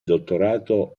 dottorato